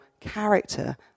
character